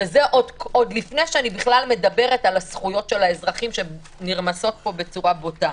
וזה עוד לפני שאני מדברת בכלל על זכויות האזרחים שנרמסות פה בצורה בוטה.